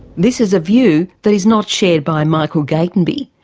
this is a view that is not shared by michael gatenby.